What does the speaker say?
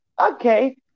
okay